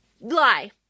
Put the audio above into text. lie